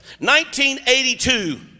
1982